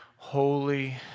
Holy